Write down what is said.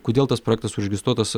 kodėl tas projektas užregistruotas